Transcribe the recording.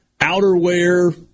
outerwear